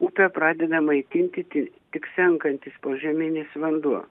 upę pradeda maitinti ti tik senkantis požeminis vanduo